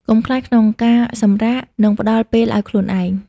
កុំខ្លាចក្នុងការសម្រាក និងផ្តល់ពេលឱ្យខ្លួនឯង។